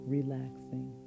Relaxing